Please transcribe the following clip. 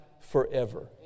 forever